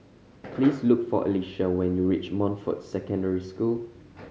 please look for Alisha when you reach Montfort Secondary School